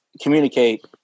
communicate